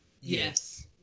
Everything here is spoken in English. Yes